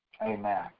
Amen